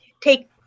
take